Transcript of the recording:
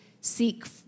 seek